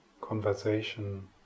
conversation